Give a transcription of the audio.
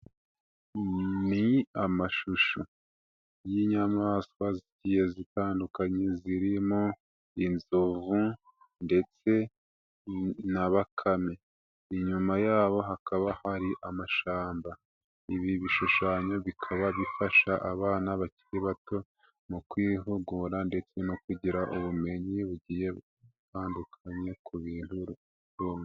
Ni amashusho y'inyamanswa zigiye zitandukanye zirimo inzovu ndetse na bakame, inyuma yabo hakaba hari amashyamba, ibi bishushanyo bikaba bifasha abana bakiri bato mu kwihugura ndetse no kugira ubumenyi bugiye butandukanye ku bintu bombi.